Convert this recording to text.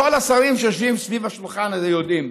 וכל השרים שיושבים סביב השולחן הזה יודעים,